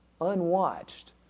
unwatched